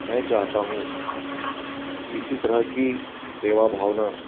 मैं चाहता हूँ कि इसी तरह की सेवा भावना